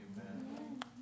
Amen